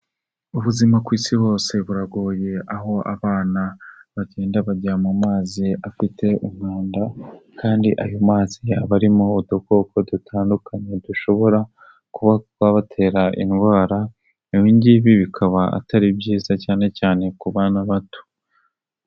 Ubuzima ku isi hose buragoye aho abana bagenda bajya mu mazi afite umwanda kandi ayo mazi aba arimo udukoko dutandukanye dushobora kubabatera indwara ibingibi bikaba atari byiza cyane cyane ku bana bato.